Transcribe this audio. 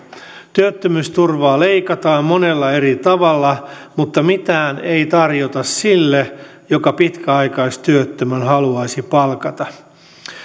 työttömyysturvaa leikataan monella eri tavalla mutta mitään ei tarjota sille joka pitkäaikaistyöttömän haluaisi palkata